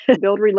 Build